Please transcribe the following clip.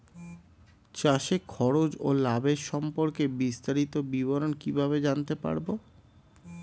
চাষে খরচ ও লাভের সম্পর্কে বিস্তারিত বিবরণ কিভাবে জানতে পারব?